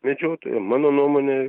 medžiotojam mano nuomone